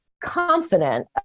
confident